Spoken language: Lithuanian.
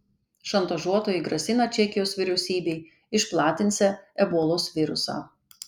šantažuotojai grasina čekijos vyriausybei išplatinsią ebolos virusą